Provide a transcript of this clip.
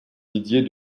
didier